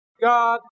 God